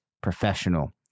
professional